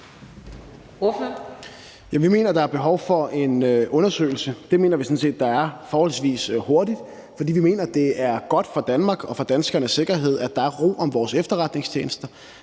vi mener, der er behov for en undersøgelse forholdsvis hurtigt. For vi mener, at det er godt for Danmark og for danskernes sikkerhed, at der er ro om vores efterretningstjenester.